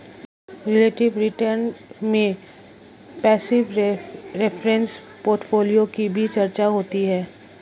relative return में passive reference portfolio की भी चर्चा होती है